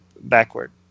backward